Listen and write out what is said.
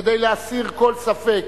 כדי להסיר כל ספק,